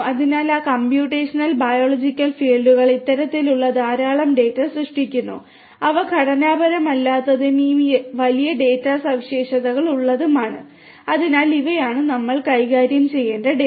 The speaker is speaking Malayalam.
അതിനാൽ ആ കമ്പ്യൂട്ടേഷണൽ ബയോളജിക്കൽ ഫീൽഡുകൾ ഇത്തരത്തിലുള്ള ധാരാളം ഡാറ്റ സൃഷ്ടിക്കുന്നു അവ ഘടനാപരമല്ലാത്തതും ഈ വലിയ ഡാറ്റാ സവിശേഷതകൾ ഉള്ളതുമാണ് അതിനാൽ ഇവയാണ് നമ്മൾ കൈകാര്യം ചെയ്യേണ്ട ഡാറ്റ